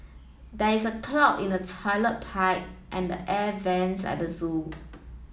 there is a clog in the toilet pipe and the air vents at the zoo